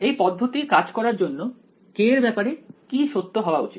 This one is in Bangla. এই পদ্ধতি কাজ করার জন্য k এর ব্যাপারে কি সত্য হওয়া উচিত